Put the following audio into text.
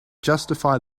justify